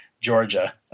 Georgia